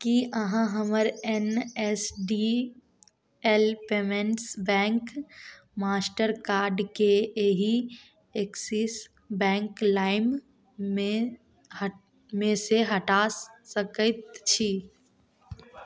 की अहाँ हमर N S D L payments bank master कार्डके एहि एक्सिस बैंक लाइममे से हटा सकैत छी